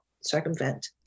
circumvent